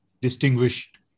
distinguished